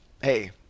Hey